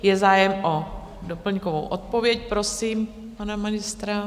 Je zájem o doplňkovou odpověď, prosím pana ministra.